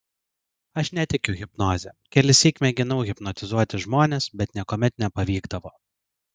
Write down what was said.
aš netikiu hipnoze kelissyk mėginau hipnotizuoti žmones bet niekuomet nepavykdavo